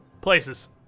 places